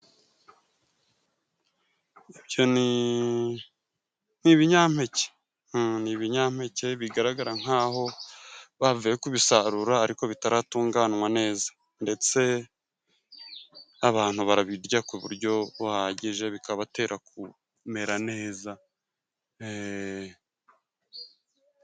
Ibyo ni ibinyampeke ni ibinyampeke bigaragara nkaho bavuye ku bisarura ariko bitaratunganywa neza ,ndetse abantu barabirya ku buryo buhagije bikabatera kumera neza.